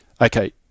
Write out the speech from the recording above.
Okay